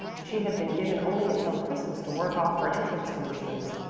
and she had been given only until christmas to work off her entrance conditions.